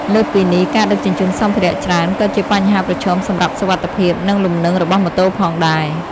លើសពីនេះ ការដឹកជញ្ជូនសម្ភារៈច្រើនក៏ជាបញ្ហាប្រឈមសម្រាប់សុវត្ថិភាព និងលំនឹងរបស់ម៉ូតូផងដែរ។